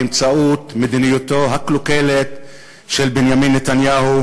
באמצעות מדיניותו הקלוקלת של בנימין נתניהו,